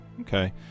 Okay